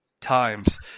times